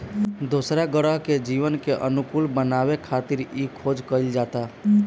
दोसरा ग्रह पर जीवन के अनुकूल बनावे खातिर इ खोज कईल जाता